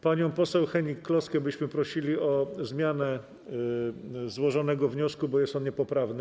Panią poseł Hennig-Kloskę byśmy prosili o zmianę złożonego wniosku, bo jest on niepoprawny.